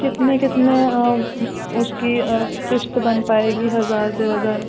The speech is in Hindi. कितने कितने उसकी क़िस्त बन पाएगी हज़ार दो हज़ार तक